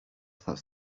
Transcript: that’s